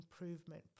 improvement